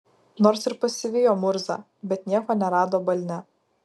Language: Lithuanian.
nors ir pasivijo murzą bet nieko nerado balne